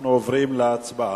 אנחנו עוברים להצבעה.